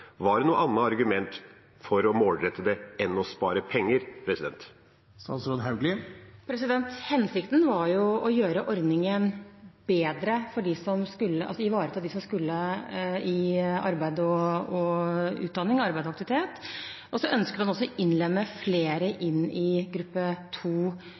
Var det noen andre argument for å målrette det enn å spare penger? Hensikten var å gjøre ordningen bedre og ivareta dem som skulle i arbeid og utdanning, arbeid og aktivitet. Så ønsket en også å innlemme flere